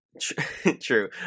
True